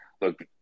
look